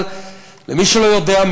אבל למי שלא יודע,